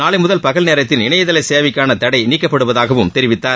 நாளை முதல் பகல் நேரத்தில் இணையதள சேவைக்கான தடை நீக்கப்படுவதாகவும் தெரிவித்தார்